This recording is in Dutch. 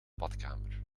badkamer